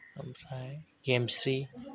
ओमफ्राय गेमस्रि